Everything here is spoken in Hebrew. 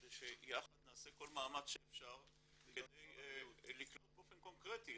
כדי שנעשה כל מאמץ שאפשר כדי לקלוט באופן קונקרטי.